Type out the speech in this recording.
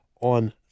on